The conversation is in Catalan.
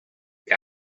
que